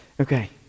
okay